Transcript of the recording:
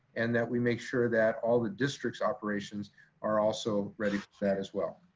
and that we make sure that all the districts operations are also ready for that as well.